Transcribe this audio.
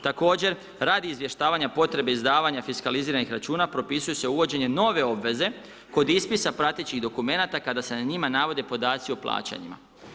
Također, radi izvještavanja potrebe izdavanja fiskaliziranih računa, propisuje se uvođenje nove obveze kod ispisa pratećih dokumenata kada se na njima navode podaci o plaćanjima.